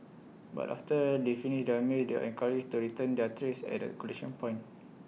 but after they finish their meals they are encouraged to return their trays at A collection point